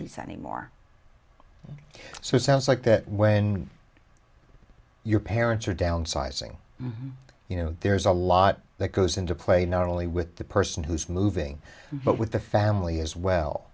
these anymore so it sounds like that when your parents are downsizing you know there's a lot that goes into play not only with the person who's moving but with the family as well